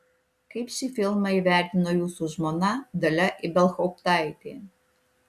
kaip šį filmą įvertino jūsų žmona dalia ibelhauptaitė